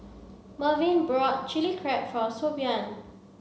Mervyn bought chilli crab for Siobhan